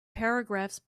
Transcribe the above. paragraphs